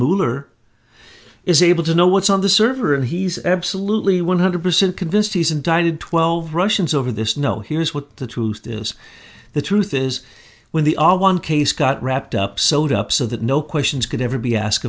her is able to know what's on the server and he's absolutely one hundred percent convinced he's indicted twelve russians over this no here's what the truth is the truth is when the all one case got wrapped up sewed up so that no questions could ever be ask